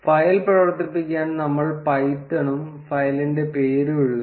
file പ്രവർത്തിപ്പിക്കാൻ നമ്മൾ പൈത്തണും ഫയലിന്റെ പേരും എഴുതുന്നു